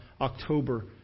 October